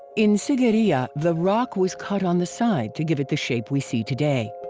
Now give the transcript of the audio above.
in sigiriya the rock was cut on the side to give it the shape we see today.